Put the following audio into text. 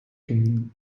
qu’une